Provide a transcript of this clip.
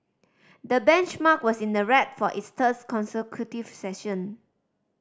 the benchmark was in the red for its thirds consecutive session